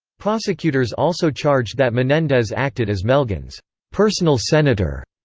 prosecutors also charged that menendez acted as melgen's personal senator,